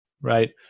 right